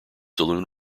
saloon